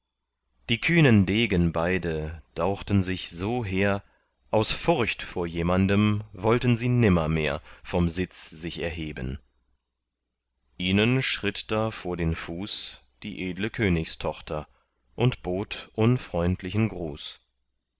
die kühnen degen beide dauchten sich so hehr aus furcht vor jemandem wollten sie nimmermehr vom sitz sich erheben ihnen schritt da vor den fuß die edle königstochter und bot unfreundlichen gruß